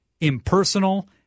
impersonal